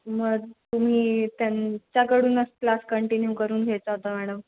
मग तुम्ही त्यांच्याकडूनच क्लास कंटिन्यू करून घ्यायचा होता मॅडम